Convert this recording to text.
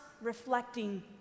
reflecting